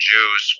Jews